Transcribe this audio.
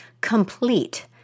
complete